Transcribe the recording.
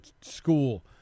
school